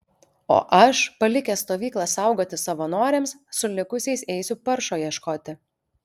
o aš palikęs stovyklą saugoti savanoriams su likusiais eisiu paršo ieškoti